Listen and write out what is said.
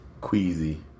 queasy